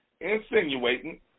insinuating